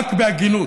רק בהגינות.